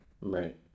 Right